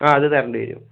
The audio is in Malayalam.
ആ അത് തരേണ്ടിവരും